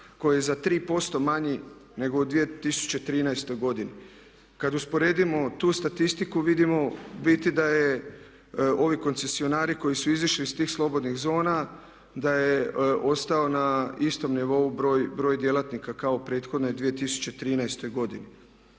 koji je za 3% manji nego u 2013. godini. Kad usporedimo tu statistiku vidimo u biti da je ovi koncesionari koji su izašli iz tih slobodnih zona da je ostao na istom nivou broj djelatnika kao prethodne 2013. godine.